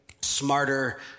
smarter